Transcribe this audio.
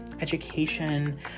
education